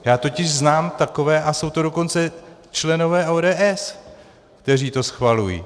Já totiž znám takové, a jsou to dokonce členové ODS, kteří to schvalují.